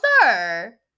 sir